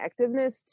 connectiveness